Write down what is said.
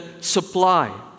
supply